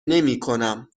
نمیکنم